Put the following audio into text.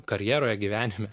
karjeroje gyvenime